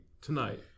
tonight